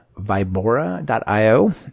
vibora.io